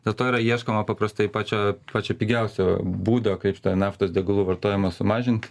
dėl to yra ieškoma paprastai pačio pačio pigiausio būdo kaip tą naftos degalų vartojimą sumažinti